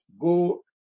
go